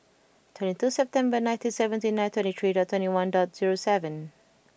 twenty two September nineteen seventy nine twenty three dot twenty one dot zero seven